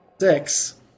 Six